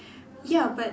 ya but